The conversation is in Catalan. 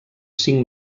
cinc